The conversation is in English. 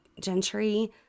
Gentry